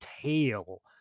tail